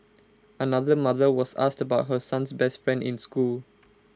another mother was asked about her son's best friend in school